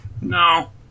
No